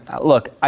look